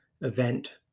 event